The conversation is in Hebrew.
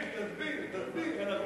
תסביר, תסביר, תסביר, תסביר.